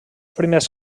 primers